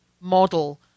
model